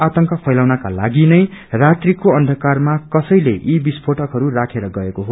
आतंक फैलाउनका लागिनै रात्रिको अंधकारमा कसैले यी विसेटकहरूलाई राखेर गएको हो